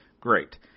Great